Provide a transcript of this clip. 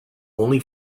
only